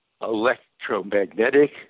electromagnetic